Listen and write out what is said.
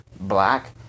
black